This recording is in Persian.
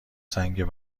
سنگ